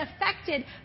affected